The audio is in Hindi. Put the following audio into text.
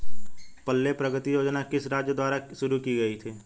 पल्ले प्रगति योजना किस राज्य द्वारा शुरू की गई है?